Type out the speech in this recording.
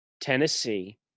Tennessee